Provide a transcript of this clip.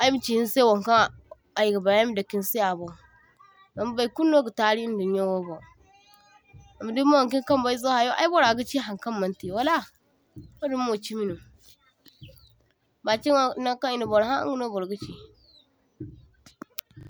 aymachinisai waŋkaŋ aygabai ama dakinsai abon, zama baykulu noga tari indunyowora, zama din maŋdu kin kambaizo hayo ayburra gachi haŋkaŋ mantai wala, wadinmo chimino bakin nankan e’naburha ingano burgachi.